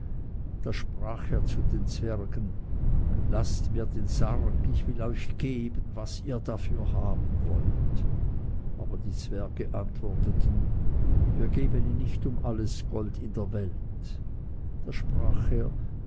da sprach er zu den zwergen laßt mir den sarg ich will euch geben was ihr dafür haben wollt aber die zwerge antworteten wir geben ihn nicht um alles gold in der welt da sprach er